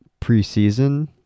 preseason